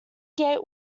gate